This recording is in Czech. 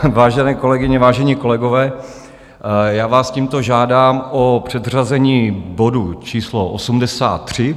Vážené kolegyně, vážení kolegové, já vás tímto žádám o předřazení bodu číslo 83.